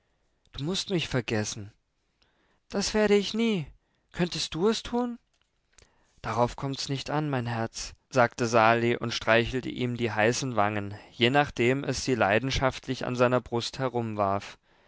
du mußt mich vergessen das werde ich nie könntest denn du es tun darauf kommt's nicht an mein herz sagte sali und streichelte ihm die heißen wangen je nachdem es sie leidenschaftlich an seiner brust